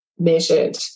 measured